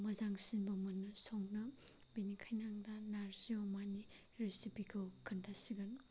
मोजांसिनबो मोनो संनो बेनिखायनो आं दा नारजि अमानि रेसिपिखौ खोन्थासिगोन